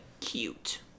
cute